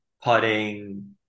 putting